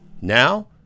Now